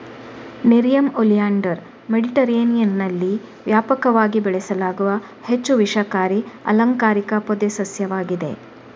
nerium oleander ಮೆಡಿಟರೇನಿಯನ್ನಲ್ಲಿ ವ್ಯಾಪಕವಾಗಿ ಬೆಳೆಸಲಾಗುವ ಹೆಚ್ಚು ವಿಷಕಾರಿ ಅಲಂಕಾರಿಕ ಪೊದೆ ಸಸ್ಯವಾಗಿದೆ